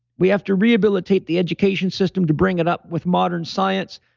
we have to rehabilitate the education system to bring it up with modern science.